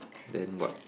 then what